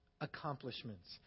accomplishments